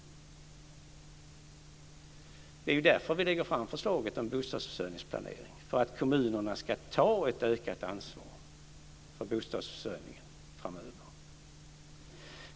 Det är därför vi lägger fram förslaget om bostadsförsörjningsplanering - för att kommunerna ska ta ett ökat ansvar för bostadsförsörjningen framöver.